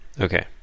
Okay